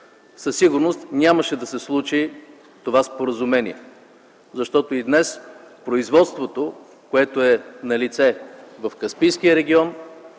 със сигурност нямаше да се случи това споразумение, защото и днес производството, което е налице в Каспийския регион,